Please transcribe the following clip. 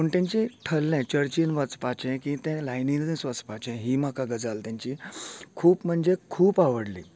पूण तेंचे ठरले चर्चींत वचपाचे की तें लायनीनच वचपाचें ही म्हाका गजाल तेंची खूब म्हणजे खूब आवडली